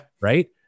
Right